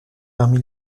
parmi